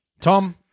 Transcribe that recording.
Tom